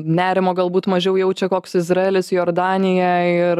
nerimo galbūt mažiau jaučia koks izraelis jordanija ir